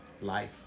life